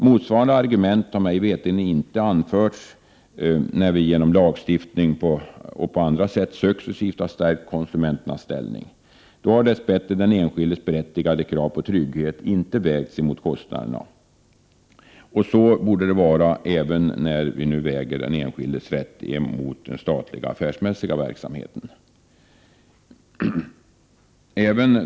Motsvarande argument har mig veterligen inte anförts när vi genom lagstiftning och på andra sätt successivt har stärkt konsumenternas ställning. Då har dess bättre den enskildes berättigade krav på trygghet inte vägts mot kostnaderna. Så borde det vara även när vi nu väger den enskildes rätt mot den statliga affärsmässiga verksamheten.